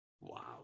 Wow